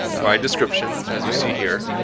by description, as you see here.